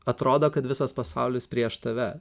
atrodo kad visas pasaulis prieš tave